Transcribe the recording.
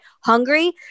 hungry